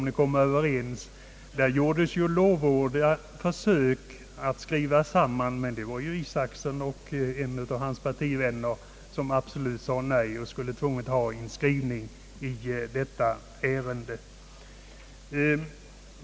Det gjordes lovvärda försök till en gemensam skrivning, men herr Isacson och en av hans partikamrater sade absolut nej och ville nödvändigtvis ha en skrivning i detta ärende.